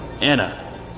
Anna